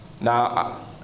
Now